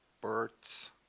birds